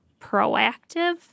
proactive